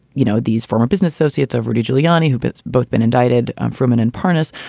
you know, these former business associates of rudy giuliani who bids both been indicted, ferman and pernice.